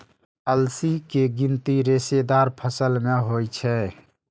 अलसी के गिनती रेशेदार फसल मे होइ छै